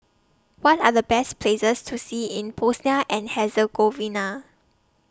What Are The Best Places to See in Bosnia and Herzegovina